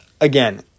Again